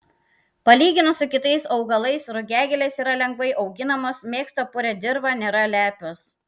palyginus su kitais augalais rugiagėlės yra lengvai auginamos mėgsta purią dirvą nėra lepios